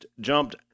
jumped